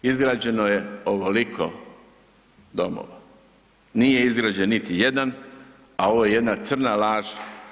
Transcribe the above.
Izgrađeno je oveliko domova, nije izgrađen niti jedan, a ovo je jedna crna laž.